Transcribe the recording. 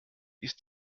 ist